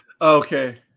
Okay